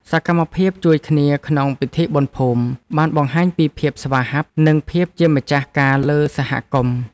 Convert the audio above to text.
សកម្មភាពជួយគ្នាក្នុងពិធីបុណ្យភូមិ បានបង្ហាញពីភាពស្វាហាប់ និងភាពជាម្ចាស់ការលើសហគមន៍។